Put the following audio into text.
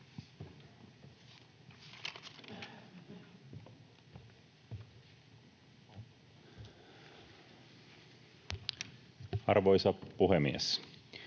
Arvoisa puhemies!